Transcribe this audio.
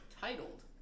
titled